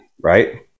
right